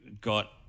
got